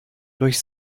durch